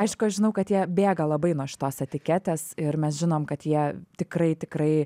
aišku aš žinau kad jie bėga labai nuo šitos etiketės ir mes žinom kad jie tikrai tikrai